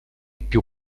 più